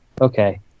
Okay